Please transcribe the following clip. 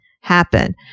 happen